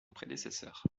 prédécesseur